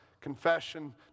confession